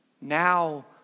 Now